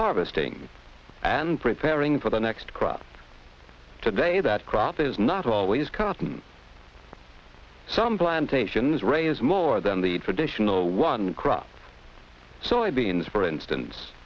harvesting and preparing for the next crop today that crop is not always cast some plantations raise more than the traditional one crop soybeans for instance